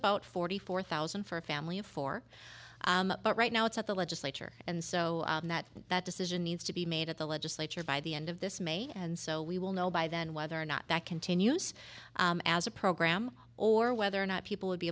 about forty four thousand for a family of four but right now it's at the legislature and so that that decision needs to be made at the legislature by the end of this may and so we will know by then whether or not that continues as a program or whether or not people